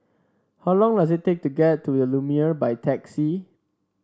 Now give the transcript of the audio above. how long does it take to get to the Lumiere by taxi